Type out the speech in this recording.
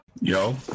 yo